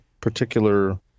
particular